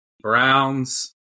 Browns